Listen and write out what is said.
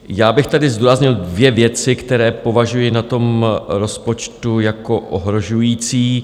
Já bych tady zdůraznil dvě věci, které považuji na tom rozpočtu za ohrožující.